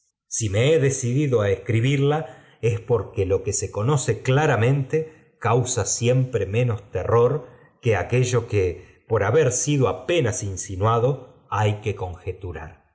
si me he decidido á escribirla es porque lo que se conoce claramente causa siempre menos terror r que aquello que por haber sido apenas insinuáis hay que conjeturar